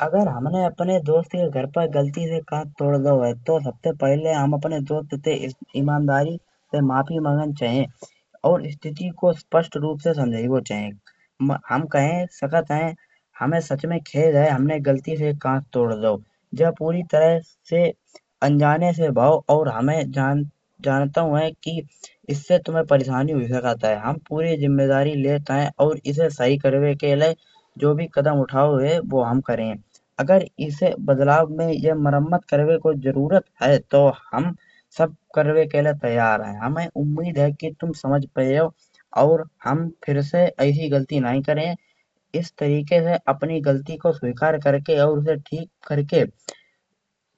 अगर हमने अपने दोस्त के घर पर गलती से कांच तोड़ दओ है। तो सबसे पहले हम अपने दोस्त से इमानदारी से माफी मागन चाहिये और स्थिति को स्पष्ठ रूप से समझाएवो चाहिये। हम कहे सकत है हमें सच में खेद है हमने गलती से कांच तोड़ दओ जा पूरी तरह से अनजाने में भओ। हम जानतेओ है कि इहसे तुम्हें परेशानी होए सकत है हम पूरी ज़िम्मेदारी लेत है। और इसे सही करवे के लाई जो भी कदम उठाओ होए बो हम करये। अगर इस बदलाव में या मरम्मत करवे को ज़रूरत है तो हम सब करवे को तैयार है। हमें उम्मीद है कि तुम समझ पायओ और हम फिर से ऐसी गलती नाहीं करये। इस तरीके से अपनी गलती को स्वीकार करके और उसे ठीक करके।